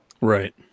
Right